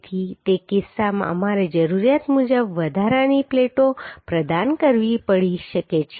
તેથી તે કિસ્સામાં અમારે જરૂરિયાત મુજબ વધારાની પ્લેટો પ્રદાન કરવી પડી શકે છે